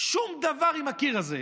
שום דבר עם הקיר הזה.